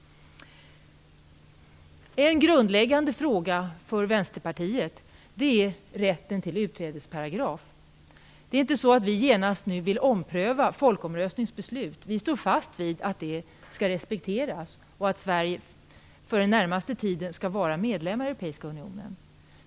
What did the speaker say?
En grundläggande fråga för Vänsterpartiet är rätten till en utträdesparagraf. Det är inte så att vi genast nu vill ompröva folkomröstningens beslut. Vi står fast vid att det skall respekteras och att Sverige för den närmaste tiden skall vara medlem i den europeiska unionen.